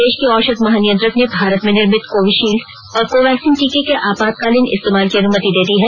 देश के औषध महानियंत्रक ने भारत में निर्मित कोविशील्ड और कोवैक्सीन टीके के आपातकालीन इस्तेमाल की अनुमति दे दी है